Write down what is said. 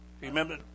remember